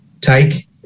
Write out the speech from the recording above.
Take